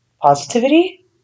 Positivity